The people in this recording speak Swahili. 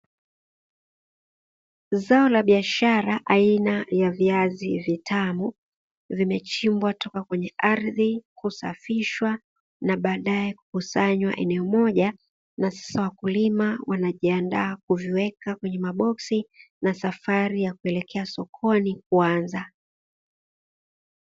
Zao la biashara aina ya viazi vitamu vimechimbwa toka kwenye ardhi, kusafishwa na baadae kukusanywa eneo moja. Na sasa wakulima wanajiandaa kuviweka kwenye maboksi na safri ya kuelekea sokoni kuanza.